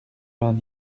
vingt